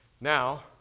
Now